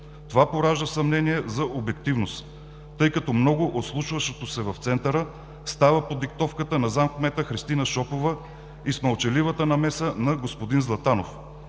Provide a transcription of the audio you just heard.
Това поражда съмнение за обективност, тъй като много от случващото се в Центъра става под диктовката на зам.-кмета Христина Шопова и с мълчаливата намеса на господин Златанов.